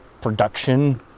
production